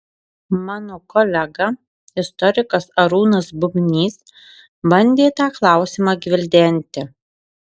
mano kolega istorikas arūnas bubnys bandė tą klausimą gvildenti